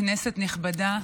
כנסת נכבדה,